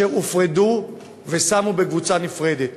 והם הופרדו והושמו בקבוצה נפרדת.